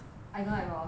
I don't like ross